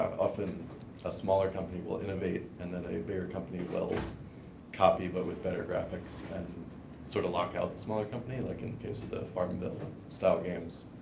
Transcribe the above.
often a smaller company will innovate, and then a bigger company will copy but with better graphics and sort of lock out the smaller company, like in the case of the farmville style games.